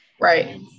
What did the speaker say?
right